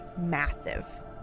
massive